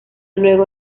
luego